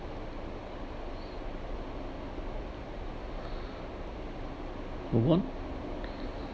move on